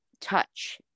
touch